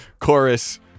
chorus